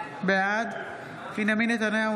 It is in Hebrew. בעד בנימין נתניהו,